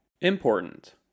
Important